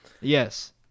yes